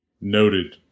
Noted